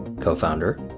co-founder